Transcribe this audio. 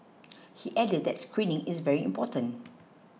he added that screening is very important